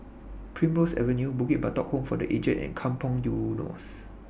Primrose Avenue Bukit Batok Home For The Aged and Kampong Eunos